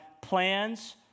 plans